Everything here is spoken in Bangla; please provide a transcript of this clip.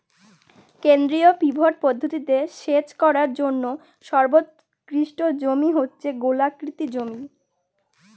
কেন্দ্রীয় পিভট পদ্ধতিতে সেচ করার জন্য সর্বোৎকৃষ্ট জমি হচ্ছে গোলাকৃতি জমি